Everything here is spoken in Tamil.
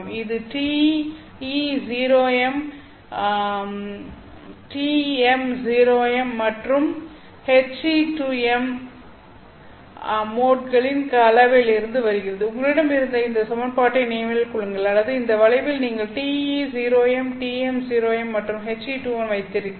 இது TE0m TM0m மற்றும் HE2m மோட்களின் கலவையிலிருந்து வருகிறது உங்களிடம் இருந்த இந்த சமன்பாட்டை நினைவில் கொள்ளுங்கள் அல்லது இந்த வளைவில் நீங்கள் TE0m TM0m மற்றும் HE21 வைத்திருந்தீர்கள்